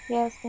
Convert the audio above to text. Yes